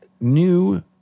new